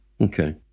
Okay